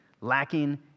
lacking